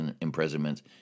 imprisonment